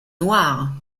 noires